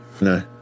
No